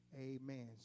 Amen